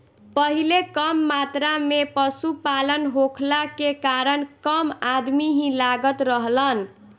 पहिले कम मात्रा में पशुपालन होखला के कारण कम अदमी ही लागत रहलन